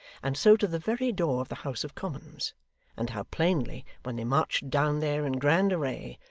and so to the very door of the house of commons and how plainly, when they marched down there in grand array,